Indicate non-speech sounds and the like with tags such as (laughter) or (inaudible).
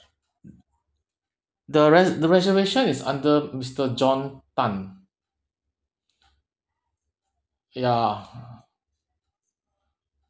the res~ the reservation is under mister john tan ya (noise)